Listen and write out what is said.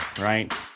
right